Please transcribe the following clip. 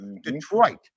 Detroit